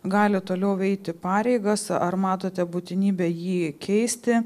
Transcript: gali toliau eiti pareigas ar matote būtinybę jį keisti